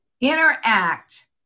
interact